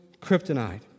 kryptonite